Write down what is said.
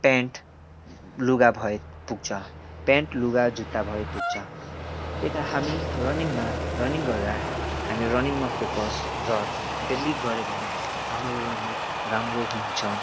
pant लुगा भए पुग्छ प्यान्ट लुगा जुत्ता भए पुग्छ त्यही कारण हामी रनिङमा रनिङ गर्दा हामी रनिङमा फोकस र डेली गऱ्यो भने हाम्रो रनिङ राम्रो हुन्छ